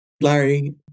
Larry